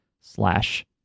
slash